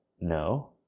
No